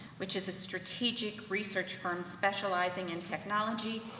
which is a strategic research firm specializing in technology,